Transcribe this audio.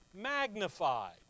magnified